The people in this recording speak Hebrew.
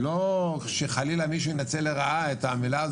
ולא שחלילה מישהו ינצל לרעה את המילים האלה,